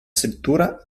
struttura